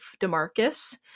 demarcus